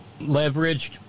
leveraged